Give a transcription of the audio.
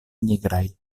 nigraj